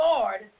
Lord